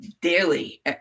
daily